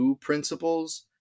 principles